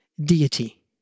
deity